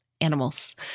animals